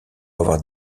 avoir